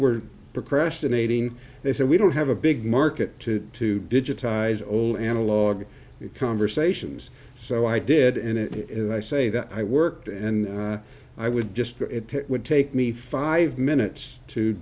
were procrastinating they said we don't have a big market to to digitize all analog conversations so i did and i say that i worked and i would just take me five minutes to